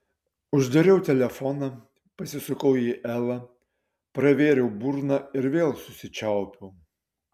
uždariau telefoną pasisukau į elą pravėriau burną ir vėl susičiaupiau